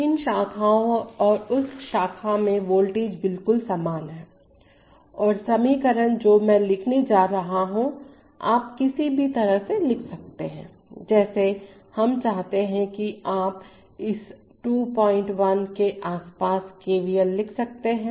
तोइन शाखाओं और उस शाखा में वोल्टेज बिल्कुल समान है और समीकरण जो मैं लिखने जा रहा हूंआप किसी भी तरह से लिख सकते हैं जैसे हम चाहते हैं कि आप इस 21 के आसपास KVL लिख सकते हैं